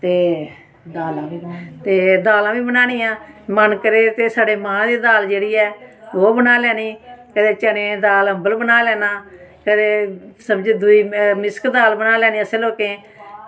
ते दालां बी बनानियां मन करै ते छड़े मांह् दी दालां जेह्ड़ियां ओह् बनाई लैनी ते कन्नै चने दी दाल अम्बल ओह् बनाई लैना ते सब्जी दूई मिक्स दाल बनाई लैनी असें लोकें